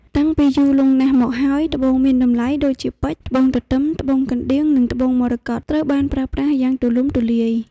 តាំងពីយូរលង់ណាស់មកហើយ ត្បូងមានតម្លៃដូចជាពេជ្រ ត្បូងទទឹម ត្បូងកណ្ដៀង និងត្បូងមរកត ត្រូវបានប្រើប្រាស់យ៉ាងទូលំទូលាយ។